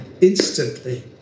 instantly